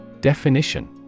Definition